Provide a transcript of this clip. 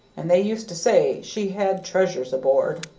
and they used to say she had treasure aboard.